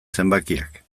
zenbakiak